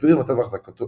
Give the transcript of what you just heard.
והבהיר את מצב אחזקות